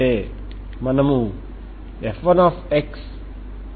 T≠0 కాబట్టి మీ వద్ద ఉన్నది XL0